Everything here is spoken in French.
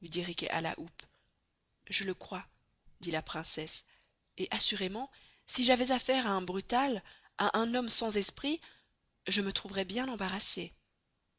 je le croy dit la princesse et assurément si j'avois affaire à un brutal à un homme sans esprit je me trouverois bien embarassée